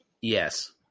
Yes